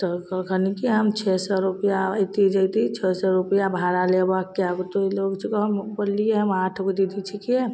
तब ओ कनिके हम छओ सऔ रुपैआ अएती जएती छओ सओ रुपैआ भाड़ा लेबऽ कै गोटा लोक तोँ छिकऽ हम बोललिए हम आठगो दीदी छिकिए